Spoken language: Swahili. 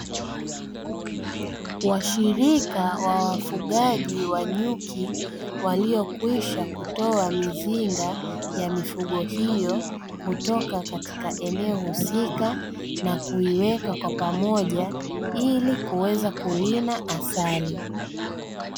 Washirika wa wafugaji wa nyuki, waliokwisha kutoa mizinga ya mifugo hiyo, kutoka katika eneo husika na kuiweka kwa pamoja ili kuweza kurina asali.